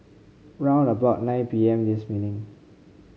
round about nine P M this evening